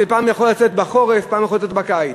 שפעם יכול לצאת בחורף ופעם יכול לצאת בקיץ.